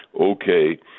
okay